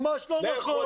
ממש לא נכון.